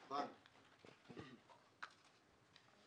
ההוראה הייתה ממאי.